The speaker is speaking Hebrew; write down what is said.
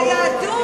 ועל היהדות,